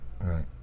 right